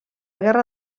guerra